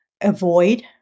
avoid